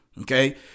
okay